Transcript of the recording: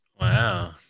Wow